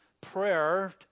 prayer